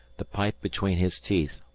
the pipe between his teeth,